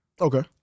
okay